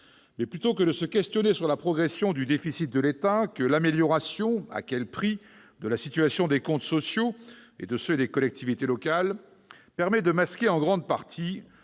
Plutôt que de s'interroger sur la progression du déficit de l'État, que l'amélioration- à quel prix ! -de la situation des comptes sociaux et de ceux des collectivités locales permet de masquer en grande partie,